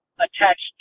attached